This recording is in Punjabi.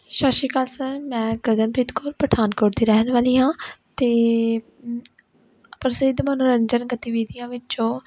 ਸਤਿ ਸ਼੍ਰੀ ਅਕਾਲ ਸਰ ਮੈਂ ਗਗਨਪ੍ਰੀਤ ਕੌਰ ਪਠਾਨਕੋਟ ਦੀ ਰਹਿਣ ਵਾਲੀ ਹਾਂ ਅਤੇ ਪ੍ਰਸਿੱਧ ਮਨੋਰੰਜਨ ਗਤੀਵਿਧੀਆਂ ਵਿੱਚੋਂ